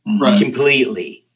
completely